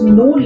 no